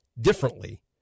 differently